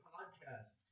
Podcast